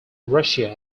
russia